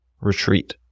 retreat